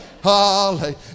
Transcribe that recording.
hallelujah